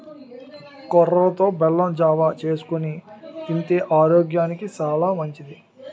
కొర్రలతో బెల్లం జావ చేసుకొని తింతే ఆరోగ్యానికి సాలా మంచిది